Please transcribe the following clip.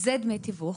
זה דמי תיווך.